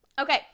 Okay